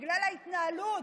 בגלל ההתנהלות,